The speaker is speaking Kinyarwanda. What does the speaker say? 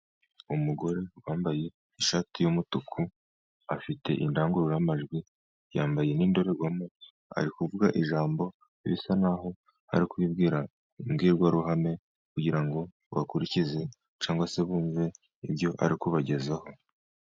Umugore wambaye ishati y'umutuku afite indangururamajwi, yambaye n'indorerwamo, ari kuvuga ijambo, bisa n'aho ari kubabwira imbwirwaruhame kugira ngo bakurikize cyangwa se bumve ibyo ari kubagezaho.